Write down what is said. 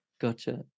Gotcha